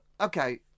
Okay